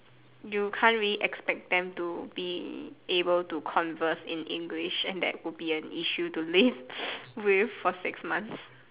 you can't really expect them to be able to converse in English and that would be an issue to live with for six months